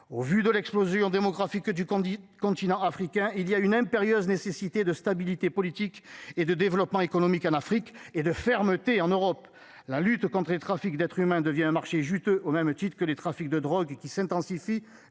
au vu de l'explosion démographique du candidat continent africain il y a une impérieuse nécessité de stabilité politique et de développement économique en Afrique et de fermeté en Europe, la lutte contre et trafic d'être s'humains devient un marché juteux. Au même titre que les trafics de drogue et qui s'intensifie